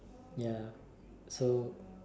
ya so